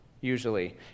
usually